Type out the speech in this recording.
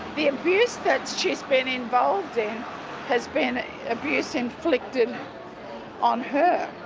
the abuse that she's been involved in has been abuse inflicted on her.